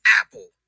apple